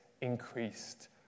increased